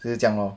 就是这样 lor